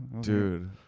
Dude